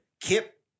Kip